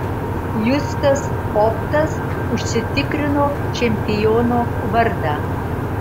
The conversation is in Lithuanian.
justas optas užsitikrino čempiono vardą